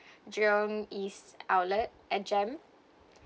jurong east outlet at jem